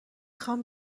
خوام